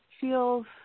feels